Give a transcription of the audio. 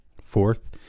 Fourth